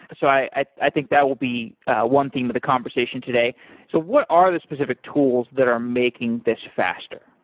ah so i i think that will be one theme of the conversation today so what are the specific tools that are making this faster?